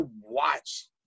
watch